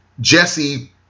Jesse